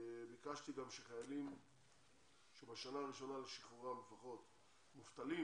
ביקשתי גם שחיילים שלפחות בשנה הראשונה לשחרורם מובטלים,